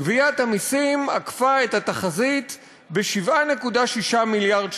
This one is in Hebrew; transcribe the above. גביית המסים עקפה את התחזית ב-7.6 מיליארד שקלים.